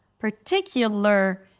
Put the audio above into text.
Particular